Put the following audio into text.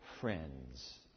friends